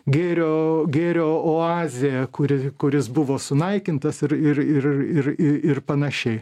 gėrio gėrio oazė kuri kuris buvo sunaikintas ir ir ir ir ir ir panašiai